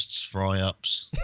fry-ups